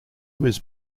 was